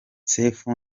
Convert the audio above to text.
sefu